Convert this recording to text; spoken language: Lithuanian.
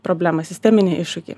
problemą sisteminį iššūkį